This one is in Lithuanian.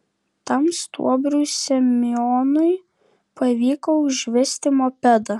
tam stuobriui semionui pavyko užvesti mopedą